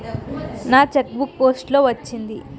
నా cheque book post లో వచ్చింది